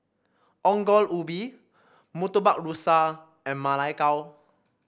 Ongol Ubi Murtabak Rusa and Ma Lai Gao